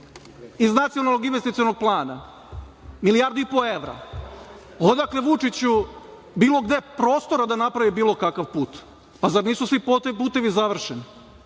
iz Nacionalnog investicionog plana, milijardu i po evra, odakle Vučiću bilo gde prostora da napravi bilo kakav put? Zar nisu svi putevi završeni?